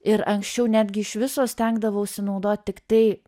ir anksčiau netgi iš viso stengdavausi naudot tiktai